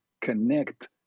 connect